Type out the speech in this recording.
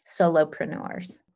solopreneurs